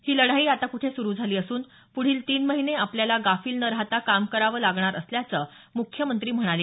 ही लढाई आता कुठे सुरू झाली असून पुढील तीन महिने आपाल्याला गाफील न राहता काम करावं लागणार असल्याचं मुख्यमंत्री म्हणाले